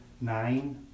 nine